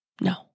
No